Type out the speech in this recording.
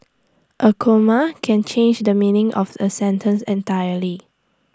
A comma can change the meaning of A sentence entirely